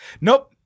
Nope